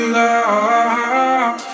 love